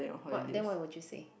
what then why would you say